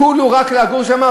כולו רק כדי לגור שמה,